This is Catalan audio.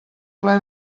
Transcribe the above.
ple